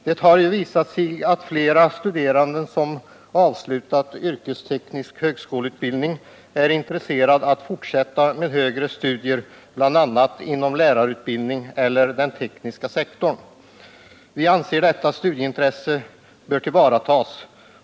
Det har ju visat sig att flera studerande som avslutat yrkesteknisk högskoleutbildning är intresserade att fortsätta med högre studier bl.a. inom lärarutbildningen eller den tekniska sektorn. Vi anser att detta studieintresse bör tillvaratas.